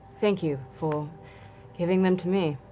thank you for giving them to me.